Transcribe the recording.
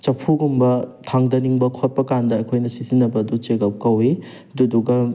ꯆꯐꯨꯒꯨꯝꯕ ꯊꯥꯡꯊꯅꯤꯡꯕ ꯈꯣꯠꯄ ꯀꯥꯟꯗ ꯑꯩꯈꯣꯏꯅ ꯁꯤꯖꯤꯟꯅꯕꯗꯨ ꯆꯦꯒꯞ ꯀꯧꯋꯤ ꯑꯗꯨꯗꯨꯒ